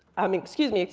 i mean excuse me,